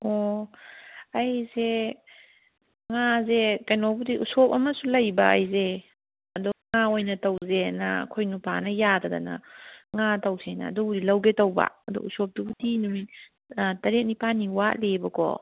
ꯑꯣ ꯑꯩꯁꯦ ꯉꯥꯁꯦ ꯀꯩꯅꯣꯕꯨꯗꯤ ꯎꯁꯣꯞ ꯑꯃꯁꯨ ꯂꯩꯕ ꯑꯩꯁꯦ ꯑꯗꯨ ꯉꯥ ꯑꯣꯏꯅ ꯇꯧꯁꯦꯅ ꯑꯩꯈꯣꯏ ꯅꯨꯄꯥꯅ ꯌꯥꯗꯗꯅ ꯉꯥ ꯇꯧꯁꯦꯅ ꯑꯗꯨꯒꯤ ꯂꯧꯒꯦ ꯇꯧꯕ ꯑꯗꯣ ꯎꯁꯣꯞꯇꯨꯕꯨꯗꯤ ꯅꯨꯃꯤꯠ ꯇꯔꯦꯠ ꯅꯤꯄꯥꯟꯅꯤ ꯃꯨꯛ ꯋꯥꯠꯂꯤꯌꯦꯕꯀꯣ